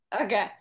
okay